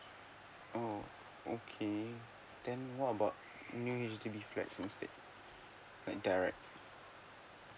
oh okay then what about new H_D_B flats instead like direct